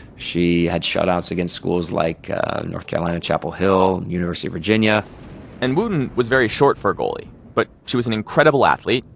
she had shutouts against schools like north carolina chapel hill, university of virginia and wootten was very short for a goalie, but she was an incredible athlete,